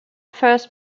first